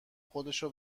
خودشو